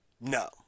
No